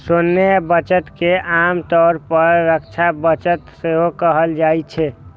सैन्य बजट के आम तौर पर रक्षा बजट सेहो कहल जाइ छै